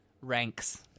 ranks